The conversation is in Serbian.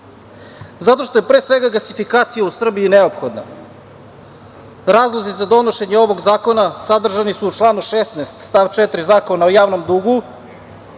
Zato što je, pre svega gasifikacija u Srbiji neophodna. Razlozi za donošenje ovog zakona sadržani su u članu 16. stav 4. Zakona o javnom dugu,